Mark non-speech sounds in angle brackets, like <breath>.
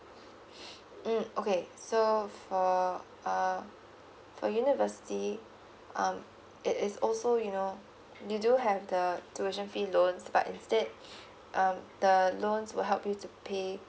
<breath> mm okay so for uh for university um it is also you know you do have the tuition fee loans but instead <breath> um the loans will help you to pay